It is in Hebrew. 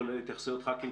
כולל התייחסויות ח"כים.